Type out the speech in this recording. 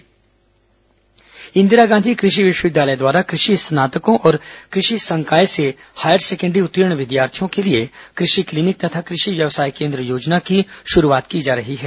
कृषि क्लीनिक योजना इंदिरा गांधी कृषि विश्वविद्यालय द्वारा कृषि स्नातकों और कृषि संकाय से हायर सेकेण्डरी उत्तीर्ण विद्यार्थियों के लिए कृषि क्लीनिक तथा कृषि व्यवसाय केन्द्र योजना की शुरूआत की जा रही है